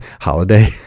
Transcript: holiday